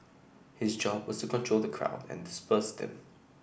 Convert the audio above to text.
his job was to control the crowd and disperse them